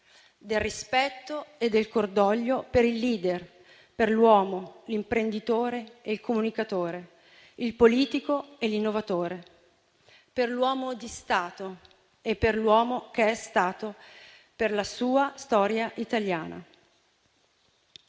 del rispetto e del cordoglio per il *leader*, per l'uomo, l'imprenditore e il comunicatore, il politico e l'innovatore, per l'uomo di Stato e per l'uomo che è stato per la sua storia italiana.